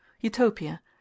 Utopia